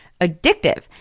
addictive